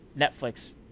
Netflix